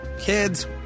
Kids